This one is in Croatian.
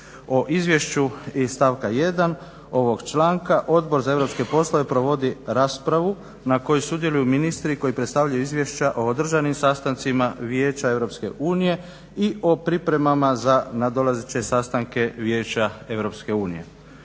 O izvješću iz stavka 1. ovog članka Odbor za europske poslove provodi raspravu na kojoj sudjeluju ministri koji predstavljaju izvješća o održanim sastancima Vijeća EU i o pripremama za nadolazeće sastanke Vijeća EU.